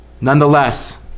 Nonetheless